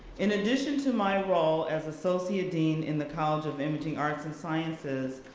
in addition to my role as associate dean in the college of imaging arts and sciences,